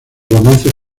romances